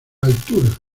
altura